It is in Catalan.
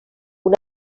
una